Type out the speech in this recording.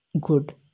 good